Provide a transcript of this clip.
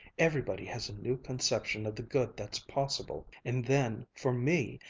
everybody has a new conception of the good that's possible. and then for me,